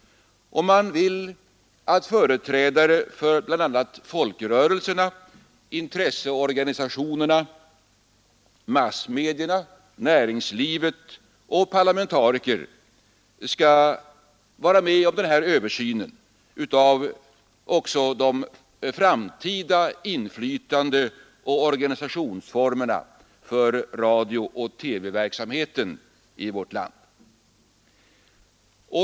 Man vill att företrädare för bl.a. folkrörelserna, intresseorganisationerna, massmedierna och näringslivet samt parlamentariker skall vara med om denna översyn av också de framtida inflytandeoch organisationsformerna för radiooch TV-verksamheten i vårt land.